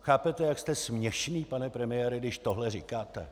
Chápete, jak jste směšný, pane premiére, když tohle říkáte?